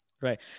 right